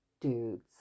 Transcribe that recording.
dudes